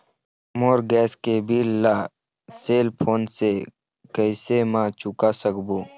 मोर gas के bill ला cell phone से कैसे म चुका सकबो?